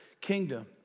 kingdom